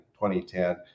2010